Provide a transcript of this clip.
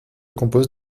compose